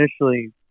initially